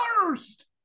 first